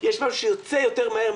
יש משהו שיוצא יותר מהר,